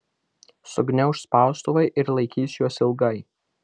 sugniauš spaustuvai ir laikys juos ilgai